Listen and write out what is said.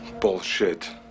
Bullshit